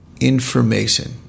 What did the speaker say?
information